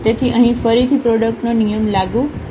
તેથી અહીં ફરીથી પ્રોડક્ટનો નિયમ લાગુ થશે